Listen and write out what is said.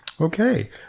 Okay